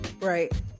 Right